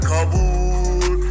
Kabul